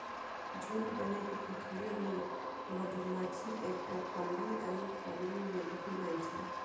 झुंड बनै के प्रक्रिया मे मधुमाछीक एकटा कॉलनी अनेक कॉलनी मे बंटि जाइ छै